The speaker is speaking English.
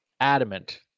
adamant